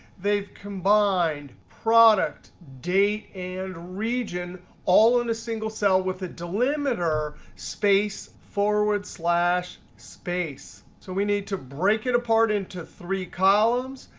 they've combined product date and region all in a single cell with the delimiter space forward slash space. so we need to break it apart into three columns.